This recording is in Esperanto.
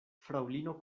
fraŭlino